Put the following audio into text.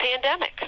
pandemic